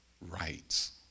rights